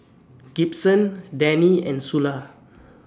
Gibson Dannie and Sula